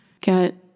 get